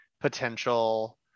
potential